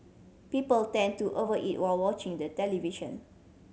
people tend to over eat while watching the television